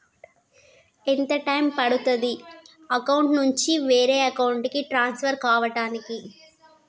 ఎంత టైం పడుతుంది money account నుంచి వేరే అకౌంట్ కి ట్రాన్స్ఫర్ కావటానికి?